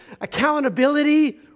accountability